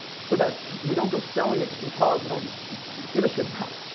so that we don't go selling it to some cause we don't give a shit about.